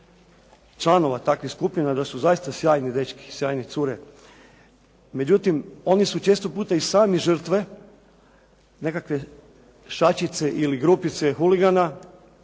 članova takvih skupina da su zaista sjajni dečki, sjajne cure. Međutim, oni su često puta i sami žrtve nekakve šačice ili grupice huligana